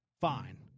Fine